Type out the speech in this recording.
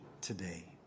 today